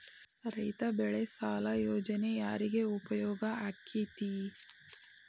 ರೈತ ಬೆಳೆ ಸಾಲ ಯೋಜನೆ ಯಾರಿಗೆ ಉಪಯೋಗ ಆಕ್ಕೆತಿ?